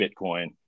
Bitcoin